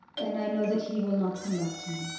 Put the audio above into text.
and i know that he will not come back to me.